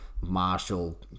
Marshall